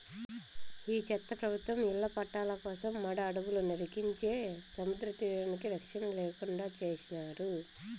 ఈ చెత్త ప్రభుత్వం ఇళ్ల పట్టాల కోసం మడ అడవులు నరికించే సముద్రతీరానికి రచ్చన లేకుండా చేసినారు